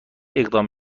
اقدام